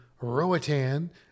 Roatan